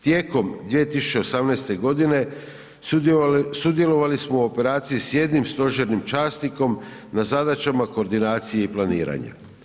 Tijekom 2018.g. sudjelovali smo u operaciji s jednim stožernim časnikom na zadaćama koordinacije i planiranja.